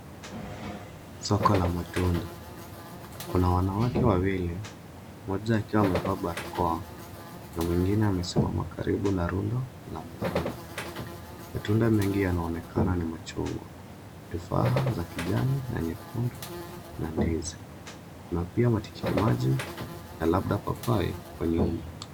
Soko la matunda. Kuna wanawake wawili, mmoja akiwa amevaa barakoa na mwingine amesimama karibu na rundo la matunda. Matunda mengi yanaonekana ni machungwa, tufaha za kijani na nyekundu, na ndizi. Kuna pia matikiti maji na labda papai huko nyuma.